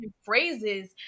phrases